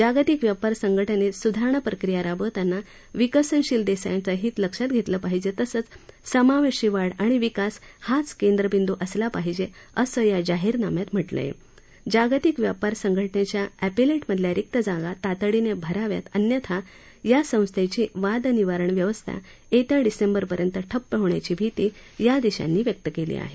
जागतिक व्यापार संघटनेत सुधारणा प्रक्रिया राबवताना विकसनशील देशांचं हित लक्षात घेतलं पाहिजे तसंच समावेशी वाढ आणि विकास हाच केंद्रबिंदू असला पाहिजे असं या जाहीरनाम्यात म्हटलंय जागतिक व्यापार संघटनेच्या एपिलेटमधल्या रिक्त जागा तातडीनं भराव्यात अन्यथा या संस्थेची वाद निवारण व्यवस्था येत्या डिसेबंरपर्यंत ठप्प होण्याची भीती या देशांनी व्यक्त केली आहे